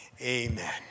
Amen